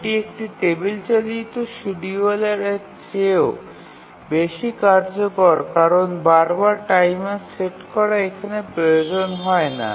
এটি একটি টেবিল চালিত শিডিয়ুলারের চেয়েও বেশি কার্যকর কারণ বারবার টাইমার সেট করা এখানে প্রয়োজন হয় না